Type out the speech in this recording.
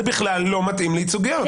זה בכלל לא מתאים לייצוגיות.